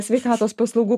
sveikatos paslaugų